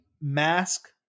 mask